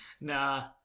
Nah